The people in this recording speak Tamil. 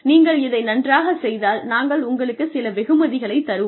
நீங்கள் இதை நன்றாகச் செய்தால் நாங்கள் உங்களுக்கு சில வெகுமதிகளைத் தருவோம்